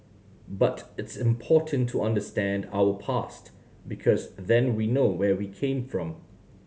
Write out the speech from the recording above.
but it's important to understand our past because then we know where we came from